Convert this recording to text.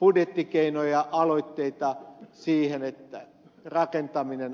budjettikeinoja aloitteita siihen että rakentaminen aktivoituu